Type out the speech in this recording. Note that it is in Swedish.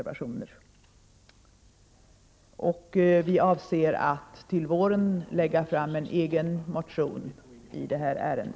Vi avser att till våren lägga fram en egen motion i detta ärende.